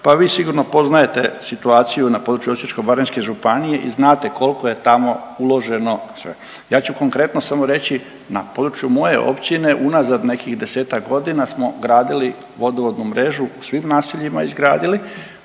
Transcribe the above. Pa vi sigurno poznajete situaciju na području Osječko-baranjske županije i znate kolko je tamo uloženo sve. Ja ću konkretno samo reći na području moje općine unazad nekih desetak godina smo gradili vodovodnu mrežu u svim naseljima izgradili,